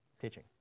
teaching